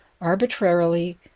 arbitrarily